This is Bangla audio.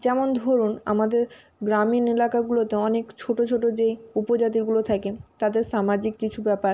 যেমন ধরুন আমাদের গ্রামীণ এলাকাগুলোতে অনেক ছোটো ছোটো যেই উপজাতিগুলো থাকে তাদের সামাজিক কিছু ব্যাপার